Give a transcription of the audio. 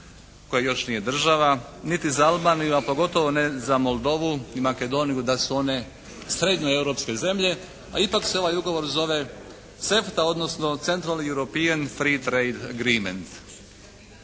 koje još nije država niti za Albaniju, a pogotovo ne za Moldovu i Makedoniju da su one srednjoeuropske zemlje, a ipak se ovaj ugovor zove CEFTA odnosno centralni European Free Trade Agreement.